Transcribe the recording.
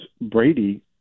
Brady